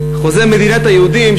חוזה מדינת היהודים,